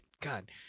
god